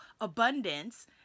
abundance